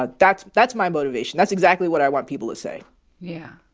ah that's that's my motivation. that's exactly what i want people to say yeah,